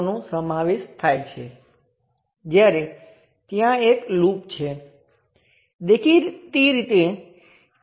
તો આ રીતે તમે રેઝિસ્ટરનું મૂલ્ય શોધી શકો પરંતુ એક શરત એ છે કે આ રેઝિસ્ટર ધન હોવો જોઈએ